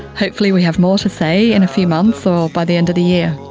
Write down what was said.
hopefully we have more to say in a few months or by the end of the year.